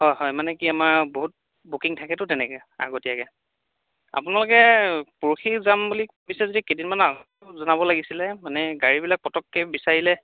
হয় হয় মানে কি আমাৰ বহুত বুকিং থাকেতো তেনেকৈ আগতীয়াকৈ আপোনালোকে পৰহি যাম বুলি ভাবিছে যদি কেইদিনমানৰ আগতে জনাব লাগিছিলে মানে গাড়ীবিলাক পটককৈ বিচাৰিলে